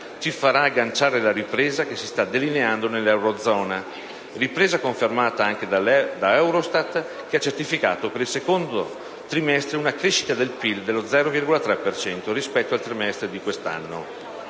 ci farà agganciare la ripresa che si sta delineando nell'eurozona, una ripresa confermata anche dall'EUROSTAT, che ha certificato per il secondo trimestre una crescita del PIL dello 0,3 per cento rispetto al primo trimestre di questo anno.